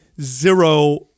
zero